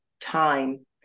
time